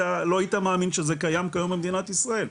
לא היית מאמין שזה קיים כיום במדינת ישראל,